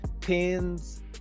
pins